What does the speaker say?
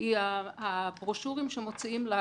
אני אתחיל בעניין הבקשה להוסיף אתרי אינטרנט שמופעלים על ידי